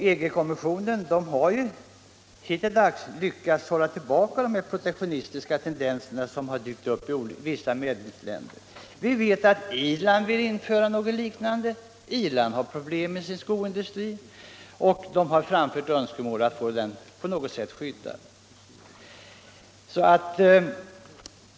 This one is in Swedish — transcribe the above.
EG-kommissionen har hittilldags lyckats hålla tillbaka de protektionistiska tendenser som har dykt upp i vissa medlemsländer. Vi vet att Irland vill införa något liknande skydd, för där har man också problem med sin skoindustri.